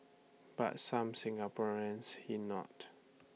but some Singaporeans he note